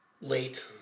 late